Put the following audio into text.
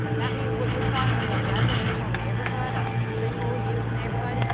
that means what you thought of as a residential neighborhood, a single use neighborhood,